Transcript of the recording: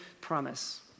promise